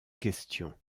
questions